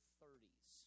30s